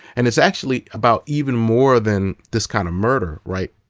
and it's actually about even more than this kind of murder, right.